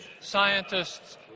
scientists